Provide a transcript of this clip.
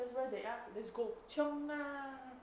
that's where they are let's go chiong ah